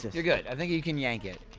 you're good! i think you can yank it